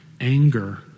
anger